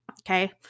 Okay